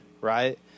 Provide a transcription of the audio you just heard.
right